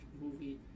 movie